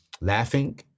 laughing